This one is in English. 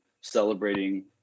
celebrating